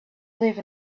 live